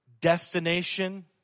destination